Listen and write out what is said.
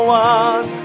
one